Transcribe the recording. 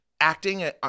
acting